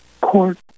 court